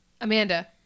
Amanda